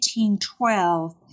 1812